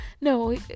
no